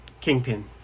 kingpin